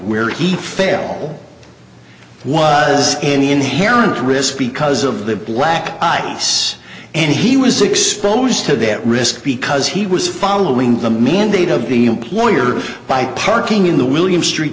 where he fail was any inherent risk because of the black ice and he was exposed to that risk because he was following the mandate of the employer by parking in the william street